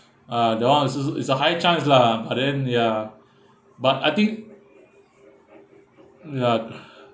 uh the one is also is a high chance lah but then ya but I think ya